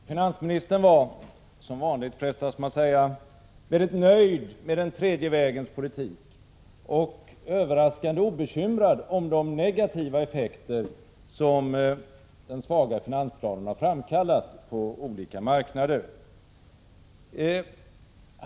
Fru talman! Finansministern var som vanligt, frestas man säga, mycket nöjd med den tredje vägens politik och överraskande obekymrad om de negativa effekter som den svaga finansplanen har framkallat på olika marknader.